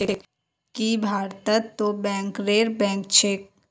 की भारतत तो बैंकरेर बैंक छेक